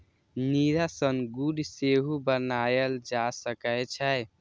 नीरा सं गुड़ सेहो बनाएल जा सकै छै